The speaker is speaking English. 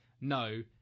no